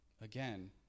again